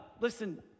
listen